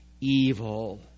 evil